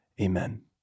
Amen